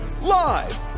live